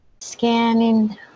scanning